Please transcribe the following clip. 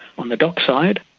on the dock side,